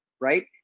right